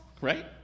Right